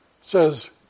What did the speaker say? says